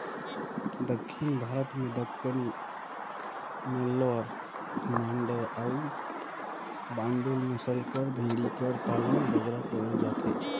दक्खिन भारत में दक्कनी, नेल्लौर, मांडय अउ बांडुल नसल कर भेंड़ी कर पालन बगरा करल जाथे